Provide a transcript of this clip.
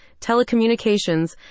telecommunications